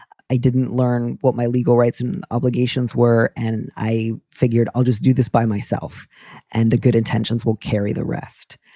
i didn't learn what my legal rights and obligations were, and i figured, i'll just do this by myself and the good intentions will carry the rest.